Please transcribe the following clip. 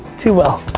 too well.